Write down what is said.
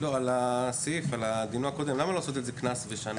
על הסעיף הקודם, למה לא לעשות את זה קנס ושנה?